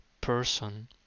person